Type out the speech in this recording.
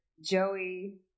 Joey